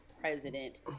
president